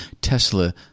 Tesla